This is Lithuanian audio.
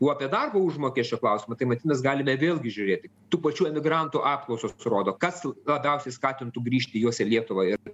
o apie darbo užmokesčio klausimą tai matyt mes galime vėlgi žiūrėti tų pačių emigrantų apklausos rodo kas labiausiai skatintų grįžti juos į lietuvą ir